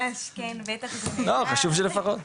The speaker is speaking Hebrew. חשוב שלפחות..